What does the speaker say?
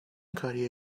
کاریه